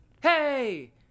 Hey